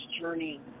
journey